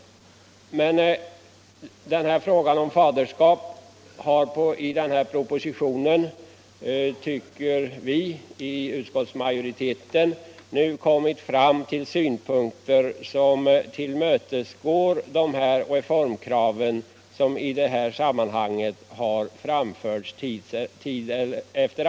I propositionen har departementschefen nu kommit fram till synpunkter som tillmötesgår det kravet.